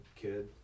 kid